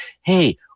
hey